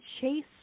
chase